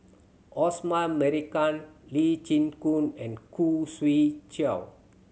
Osman Merican Lee Chin Koon and Khoo Swee Chiow